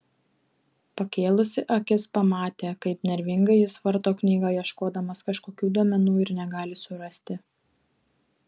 pakėlusi akis pamatė kaip nervingai jis varto knygą ieškodamas kažkokių duomenų ir negali surasti